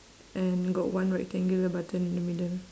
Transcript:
and got one rectangular button in the middle